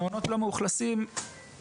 זה 100%. במעונות יום יש מאצ'ינג אבל הוא משתנה,